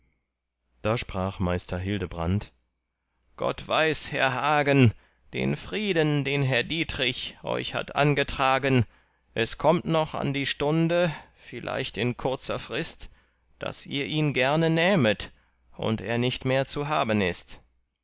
da sprach meister hildebrand gott weiß herr hagen den frieden den herr dietrich euch hat angetragen es kommt noch an die stunde vielleicht in kurzer frist daß ihr ihn gerne nähmet und er nicht mehr zu haben ist